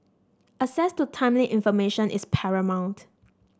access to timely information is paramount